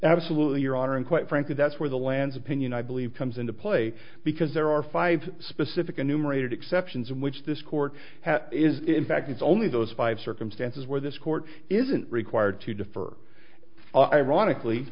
absolutely your honor and quite frankly that's where the lands opinion i believe comes into play because there are five specific a numerated exceptions in which this court is in fact it's only those five circumstances where this court isn't required to defer ironically